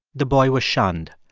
the boy was shunned.